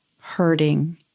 hurting